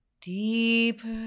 deeper